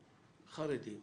חרדים,